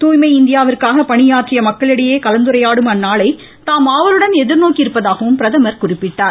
தூய்மை இந்தியாவிற்காக பணியாற்றிய மக்களிடையே கலந்துரையாடும் அந்நாளை தாம் ஆவலுடன் எதிர்நோக்கி இருப்பதாகவும் பிரதமர் குறிப்பிட்டார்